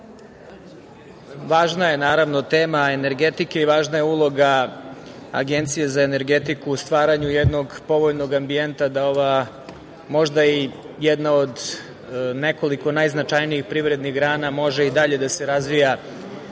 važna je naravno tema energetike i važna je uloga Agencije za energetiku u stvaranju jednog povoljnog ambijenta da ova možda i jedan od nekoliko najznačajnijih privrednih grana može i dalje da se razvija